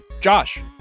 Josh